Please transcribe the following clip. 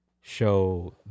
show